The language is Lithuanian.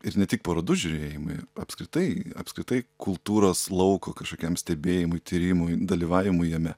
ir ne tik parodų žiūrėjimui apskritai apskritai kultūros lauko kažkokiam stebėjimui tyrimui dalyvavimui jame